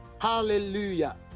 hallelujah